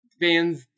bands